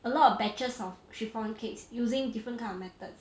a lot of batches of chiffon cakes using different kind of methods